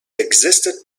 existed